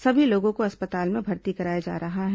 सभी लोगों को अस्पताल में भर्ती कराया जा रहा है